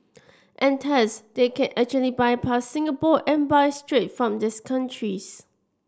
and thus they can actually bypass Singapore and buy straight from these countries